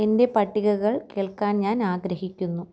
എൻ്റെ പട്ടികകൾ കേൾക്കാൻ ഞാൻ ആഗ്രഹിക്കുന്നു